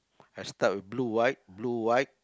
I start with blue white blue white